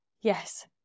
Yes